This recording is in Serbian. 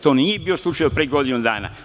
To nije bio slučaj od pre godinu dana.